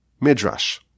midrash